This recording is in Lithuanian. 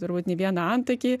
turbūt ne vieną antakį